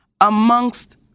amongst